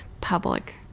public